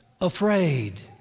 Afraid